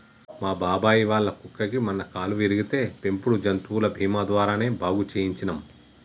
మా బాబాయ్ వాళ్ళ కుక్కకి మొన్న కాలు విరిగితే పెంపుడు జంతువుల బీమా ద్వారానే బాగు చేయించనం